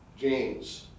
James